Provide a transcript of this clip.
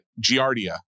Giardia